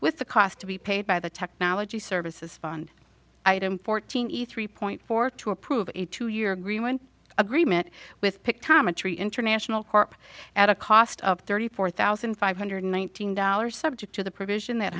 with the cost to be paid by the technology services fund item fortini three point four to approve a two year agreement agreement with pic time a tree international court at a cost of thirty four thousand five hundred one thousand dollars subject to the provision that